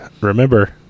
remember